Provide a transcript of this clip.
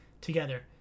together